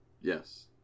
Yes